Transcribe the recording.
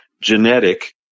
genetic